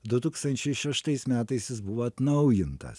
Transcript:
du tūkstančiai šeštais metais jis buvo atnaujintas